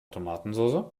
tomatensoße